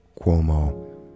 Cuomo